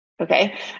Okay